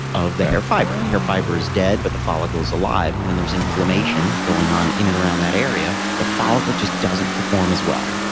of the hair fiber. the hair fiber is dead but the follicle is alive, and when there's inflammation going on in and around that area the follicle just doesn't perform as well.